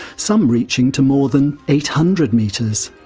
some reaching to more than eight hundred metres.